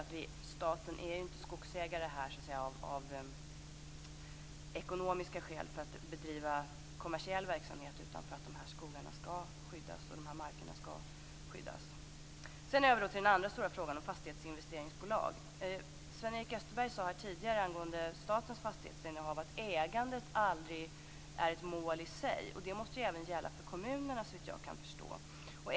Staten är inte skogsägare av ekonomiska skäl, för att bedriva kommersiell verksamhet, utan av det skälet att skogarna och markerna skall skyddas. Jag vill då gå över till den stora frågan om fastighets och investeringsbolag. Sven-Erik Österberg sade tidigare angående statens fastighetsinnehav att ägandet aldrig är ett mål i sig. Det måste även gälla kommunerna, såvitt jag kan förstå.